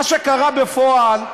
מה שקרה בפועל,